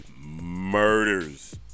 murders